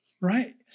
Right